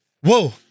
Whoa